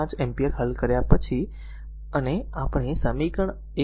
25 ampere હલ કર્યા પછી